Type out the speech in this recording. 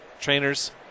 trainers